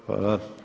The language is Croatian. Hvala.